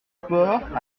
port